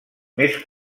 més